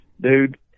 Dude